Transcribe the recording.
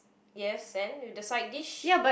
yes and with the side dish